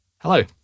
Hello